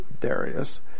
Darius